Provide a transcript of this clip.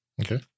Okay